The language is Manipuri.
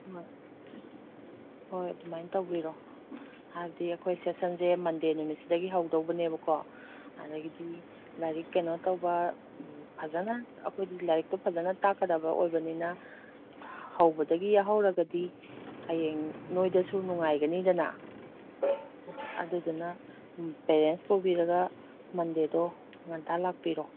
ꯍꯣꯏ ꯑꯗꯨꯃꯥꯏꯅ ꯇꯧꯕꯤꯔꯣ ꯍꯥꯏꯕꯗꯤ ꯑꯩꯈꯣꯏ ꯁꯦꯁꯟꯁꯦ ꯃꯟꯗꯦ ꯅꯨꯃꯤꯠꯁꯤꯗꯒꯤ ꯍꯧꯗꯧꯕꯅꯦꯕꯀꯣ ꯑꯗꯒꯤꯗꯤ ꯂꯥꯏꯔꯤꯛ ꯀꯩꯅꯣ ꯇꯧꯕ ꯐꯖꯅ ꯑꯩꯈꯣꯏꯗꯤ ꯂꯥꯏꯔꯤꯛꯇꯣ ꯐꯖꯅ ꯇꯥꯛꯀꯗꯕ ꯑꯣꯏꯕꯅꯤꯅ ꯍꯧꯕꯗꯒꯤ ꯌꯥꯎꯍꯧꯔꯒꯗꯤ ꯍꯌꯦꯡ ꯅꯣꯏꯗꯁꯨ ꯅꯨꯡꯉꯥꯏꯒꯅꯤꯗꯅ ꯑꯗꯨꯗꯨꯅ ꯄꯦꯔꯦꯟꯁ ꯄꯨꯕꯤꯔꯒ ꯃꯟꯗꯦꯗꯣ ꯉꯟꯇꯥ ꯂꯥꯛꯄꯤꯔꯣ